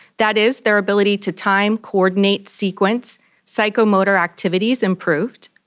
that is, their ability to time, coordinate, sequence psychomotor activities improved.